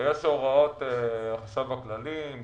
יש הוראות החשב הכללי.